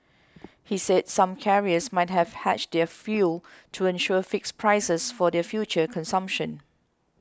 he said some carriers might have hedged their fuel to ensure fixed prices for their future consumption